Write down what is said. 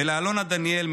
ואלונה דניאל,